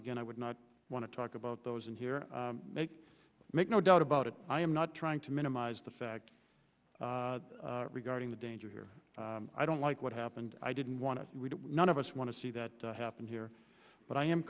again i would not want to talk about those in here make make no doubt about it i am not trying to minimize the fact regarding the danger here i don't like what happened i didn't want to none of us want to see that happen here but i am